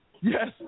yes